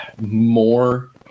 more